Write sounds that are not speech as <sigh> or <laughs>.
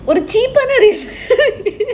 ஒரு:oru cheap reason <laughs>